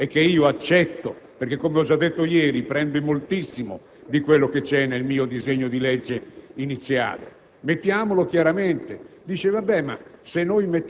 nulla del sistema che voi avete concepito e che io accetto, perché, come ho già detto ieri, riprende moltissima parte del contenuto del disegno di legge iniziale.